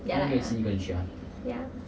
ya lah ya ya